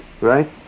right